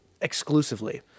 exclusively